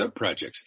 subprojects